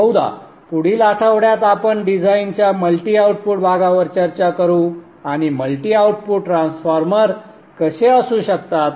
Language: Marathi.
बहुधा पुढील आठवड्यात आपण डिझाइनच्या मल्टी आउटपुट भागावर चर्चा करू आणि मल्टी आउटपुट ट्रान्सफॉर्मर कसे असू शकतात